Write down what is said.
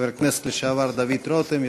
חבר הכנסת לשעבר דוד רותם,